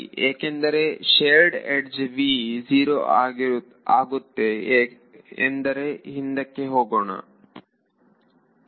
ಸರಿ ಏಕೆಂದರೆ shared edge v0 ಆಗುತ್ತೆ ಎಂದರೆ ಹಿಂದಕ್ಕೆ ಹೋಗೋಣ